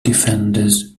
defenders